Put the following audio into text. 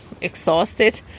exhausted